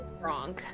wrong